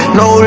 no